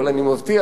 אבל אני מבטיח